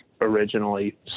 originally